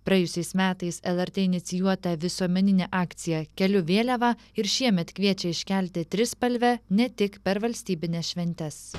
praėjusiais metais lrt inicijuota visuomeninė akcija keliu vėliavą ir šiemet kviečia iškelti trispalvę ne tik per valstybines šventes